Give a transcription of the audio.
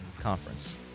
conference